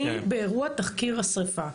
אני באירוע תחקיר השריפה.